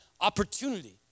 opportunity